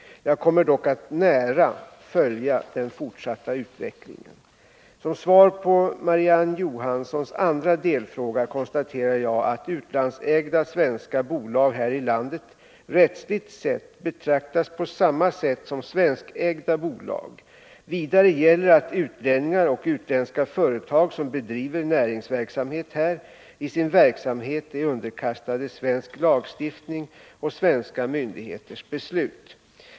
Jag kommer dock att nära följa den fortsatta utvecklingen. Som svar på Marie-Ann Johanssons andra delfråga konstaterar jag att utlandsägda svenska bolag här i landet rättsligt sett betraktas på samma sätt som svenskägda bolag. Vidare gäller att utlänningar och utländska företag, som bedriver näringsverksamhet här, i sin verksamhet är underkastade svensk lagstiftning och svenska myndigheters beslut.